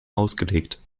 ausgelegt